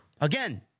Again